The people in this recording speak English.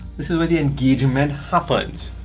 this is where the engagement happens.